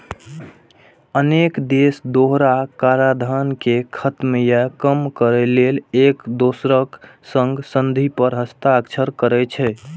अनेक देश दोहरा कराधान कें खत्म या कम करै लेल एक दोसरक संग संधि पर हस्ताक्षर करै छै